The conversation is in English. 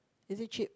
is it cheap